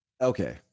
Okay